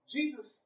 Jesus